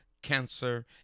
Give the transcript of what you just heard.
cancer